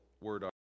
word